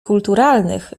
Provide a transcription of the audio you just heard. kulturalnych